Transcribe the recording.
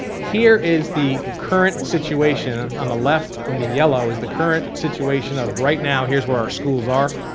here is the current situation on the left, in the yellow, is the current situation of right now, here's where our schools are.